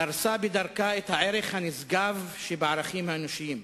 דרסה בדרכה את הערך הנשגב שבערכים האנושיים,